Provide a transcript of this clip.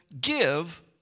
give